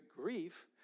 grief